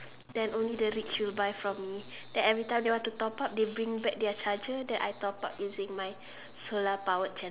then only the rich will buy from me then everytime they want to top up they bring back to me then I top up using my solar powered